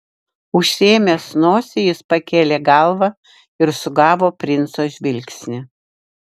užsiėmęs nosį jis pakėlė galvą ir sugavo princo žvilgsnį